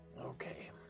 Okay